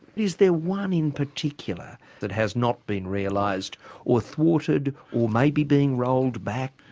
is there one in particular that has not been realised or thwarted or maybe being rolled back?